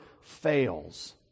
fails